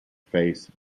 face